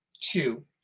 two